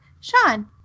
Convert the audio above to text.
Sean